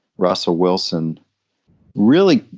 russell wilson really,